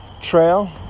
trail